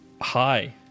Hi